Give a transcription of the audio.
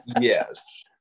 Yes